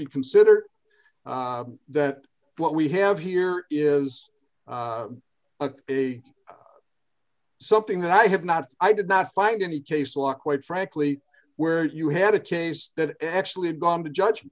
be considered that what we have here is a something that i have not i did not find any case law quite frankly where you had a case that actually had gone to judge